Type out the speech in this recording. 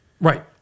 Right